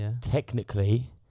technically